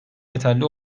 yeterli